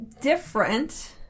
Different